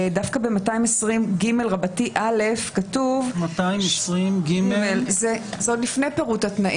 דווקא ב-220ג(א), עוד לפני פירוט התנאים